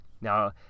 Now